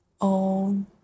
own